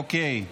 אוקיי.